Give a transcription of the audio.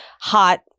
hot